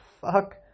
fuck